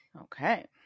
Okay